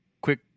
quick